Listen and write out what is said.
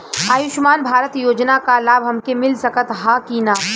आयुष्मान भारत योजना क लाभ हमके मिल सकत ह कि ना?